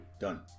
Done